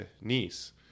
niece